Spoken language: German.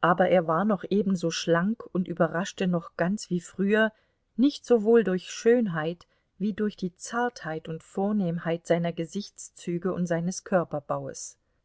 aber er war noch ebenso schlank und überraschte noch ganz wie früher nicht sowohl durch schönheit wie durch die zartheit und vornehmheit seiner gesichtszüge und seines körperbaues